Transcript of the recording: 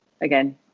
again